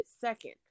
second